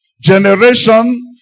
generation